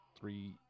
three